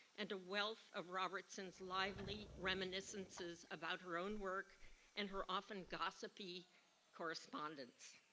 and a wealth of robertson's lively reminiscences about her own work and her often gossipy correspondence.